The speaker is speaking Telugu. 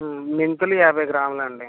మెంతులు యాభై గ్రాములండి